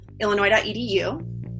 illinois.edu